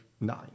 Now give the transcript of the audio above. nine